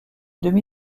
demi